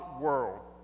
world